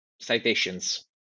citations